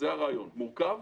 זה הרעיון וזה מורכב.